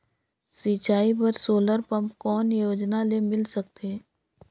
सिंचाई बर solar pump कौन योजना ले मिल सकथे?